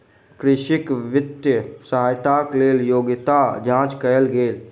कृषक वित्तीय सहायताक लेल योग्यता जांच कयल गेल